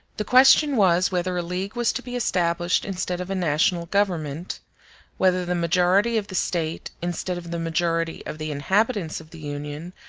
the question was, whether a league was to be established instead of a national government whether the majority of the state, instead of the majority of the inhabitants of the union,